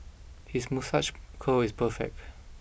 his moustache curl is perfect